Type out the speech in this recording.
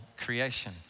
creation